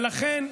לא 2015, ולכן,